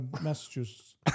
Massachusetts